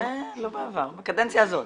לא בעבר, בקדנציה הזאת.